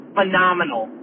phenomenal